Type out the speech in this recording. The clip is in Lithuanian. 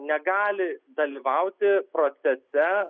negali dalyvauti procese